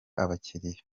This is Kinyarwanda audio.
abakiliya